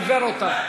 עיוור אותה.